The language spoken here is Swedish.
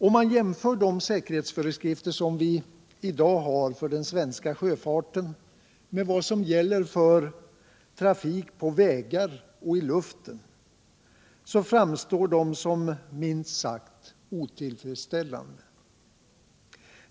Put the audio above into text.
Om man jämför de säkerhetsföreskrifter som vi i dag har för den svenska sjöfarten med vad som gäller för trafik på vägar och i luften framstår de som minst sagt otillfredsställande.